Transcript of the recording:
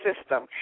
system